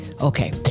okay